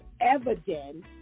evidence